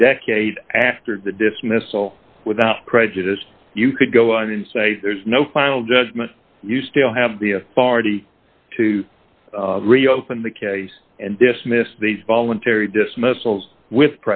a decade after the dismissal without prejudice you could go on and say there's no final judgment you still have the authority to reopen the case and dismiss these voluntary dismissals with